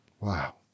Wow